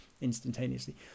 instantaneously